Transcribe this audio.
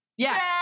yes